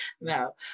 no